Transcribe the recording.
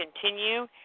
continue